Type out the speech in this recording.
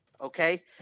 okay